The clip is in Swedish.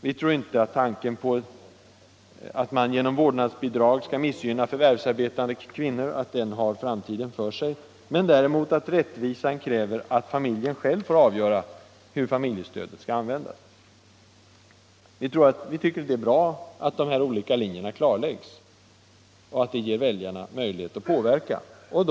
Vi tror inte att tanken, att man genom vårdnadsbidrag skall missgynna förvärvsarbetande kvinnor, har framtiden för sig, men däremot att rättvisan kräver att familjen själv får avgöra hur familjestödet skall användas. Vi tycker att det är bra att dessa stora linjer klargörs och att man ger väljarna möjlighet att påverka politiken.